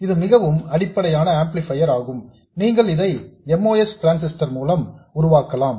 இது மிகவும் அடிப்படையான ஆம்ப்ளிபயர் ஆகும் நீங்கள் இதை MOS டிரான்ஸிஸ்டர் மூலம் உருவாக்கலாம்